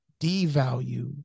devalue